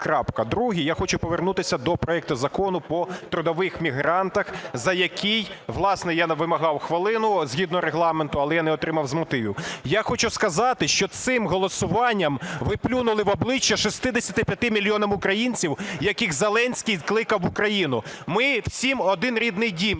Друге. Я хочу повернутися до проекту Закону по трудових мігрантах, за який, власне, я не вимагав хвилину згідно Регламенту, але я не отримав з мотивів. Я хочу сказати, що цим голосуванням ви плюнули в обличчя 65 мільйонам українцям, яких Зеленський кликав в Україну. Ми всім один рідний дім,